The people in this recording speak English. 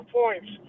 points